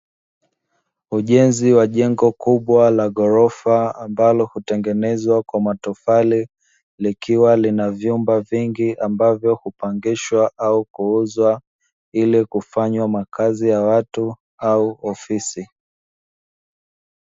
Ujenzi wa jengo kubwa ka ghorofa ambalo hutengenezwa kwa matofali, likiwa lina vyumba vingi ambavyo hupangishwa au kuuzwa ili kufanya makazi ya watu, au ofisi.